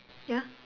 ya